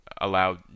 allow